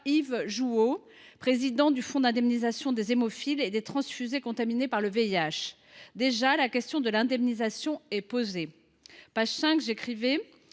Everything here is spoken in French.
Yves Jouhaud, président du fonds d’indemnisation des hémophiles et des transfusés contaminés par le VIH. Déjà, la question de l’indemnisation se posait. À sa page 5, j’écrivais